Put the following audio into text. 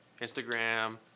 Instagram